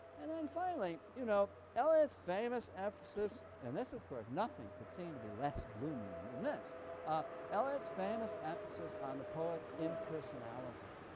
and then finally you know eliot's famous emphasis and of course, nothing could seem to be less gloomy and than this ah eliot's famous emphasis on the poet's impersonality,